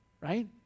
right